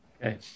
Okay